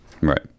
Right